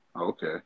Okay